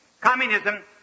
Communism